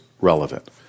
relevant